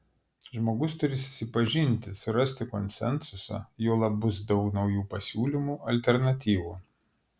žmogus turi susipažinti surasti konsensusą juolab bus daug naujų pasiūlymų alternatyvų